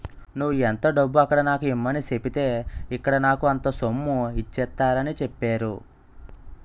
నువ్వు ఎంత డబ్బు అక్కడ నాకు ఇమ్మని సెప్పితే ఇక్కడ నాకు అంత సొమ్ము ఇచ్చేత్తారని చెప్పేరు